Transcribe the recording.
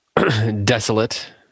desolate